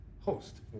host